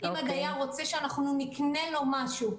אם הדייר רוצה שנקנה לו משהו,